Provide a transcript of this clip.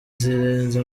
zirenze